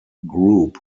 group